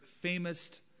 famous